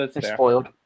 Spoiled